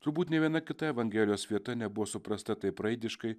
turbūt nė viena kita evangelijos vieta nebuvo suprasta taip raidiškai